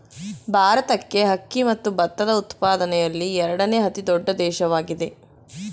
ಭಾರತಕ್ಕೆ ಅಕ್ಕಿ ಮತ್ತು ಭತ್ತದ ಉತ್ಪಾದನೆಯಲ್ಲಿ ಎರಡನೇ ಅತಿ ದೊಡ್ಡ ದೇಶವಾಗಿದೆ